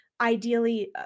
ideally